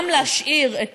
גם להשאיר את